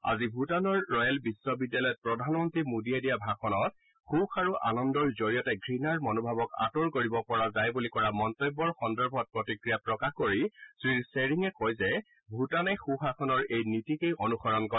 আজি ভূটানৰ ৰয়েল বিশ্ববিদ্যালয়ত প্ৰধানমন্ত্ৰী মোদীয়ে দিয়া ভাষণত সুখ আৰু আনন্দৰ জৰিয়তে ঘৃণাৰ মনোভাৱক আঁতৰ কৰিব পৰা যায় বুলি কৰা মন্তব্য সন্দৰ্ভত প্ৰতিক্ৰিয়া প্ৰকাশ কৰি শ্ৰীশ্বেৰিঙে কয় যে ভূটানে সূ শাসনৰ এই নীতিকেই অনুসৰণ কৰে